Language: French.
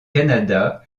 canada